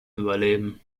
überleben